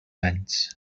anys